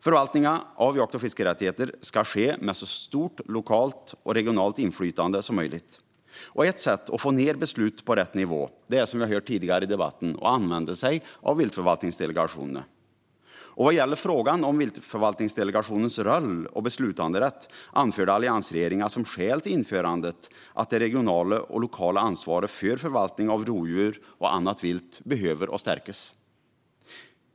Förvaltningen av jakt och fiskerättigheter ska ske med så stort lokalt och regionalt inflytande som möjligt. Ett sätt att få ned beslut till rätt nivå är, som vi har hört tidigare i debatten, att använda sig av viltförvaltningsdelegationerna. Vad gäller frågan om viltförvaltningsdelegationernas roll och beslutanderätt anförde alliansregeringen som skäl till införandet att det regionala och lokala ansvaret för förvaltningen av rovdjur och annat vilt behöver stärkas.